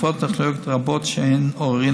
תרופות וטכנולוגיות רבות שאין עוררין